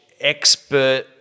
expert